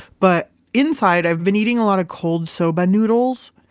but inside i've been eating a lot of cold soba noodles,